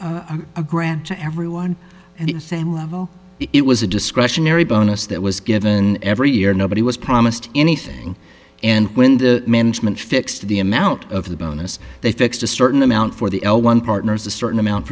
a grant to everyone and the same level it was a discretionary bonus that was given every year nobody was promised anything and when the management fixed the amount of the bonus they fixed a certain amount for the l one partner's a certain amount